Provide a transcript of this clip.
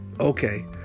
okay